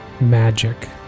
magic